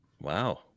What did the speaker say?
Wow